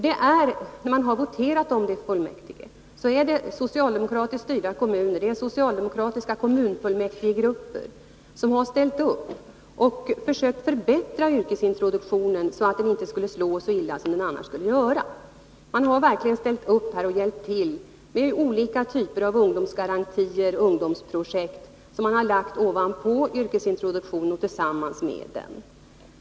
När man voterat om saken i kommunfullmäktige inom de socialdemokratiskt styrda kommunerna har de socialdemokratiska kommunfullmäktigegrupperna ställt upp och försökt förbättra yrkesintroduktionen, så att den inte skulle slå så illa som den annars skulle göra. Man har verkligen ställt upp och hjälpt till med olika typer av ungdomsgarantier och ungdomsprojekt, som har lagts ovanpå yrkesintroduktionen och ibland genomförts tillsammans med den.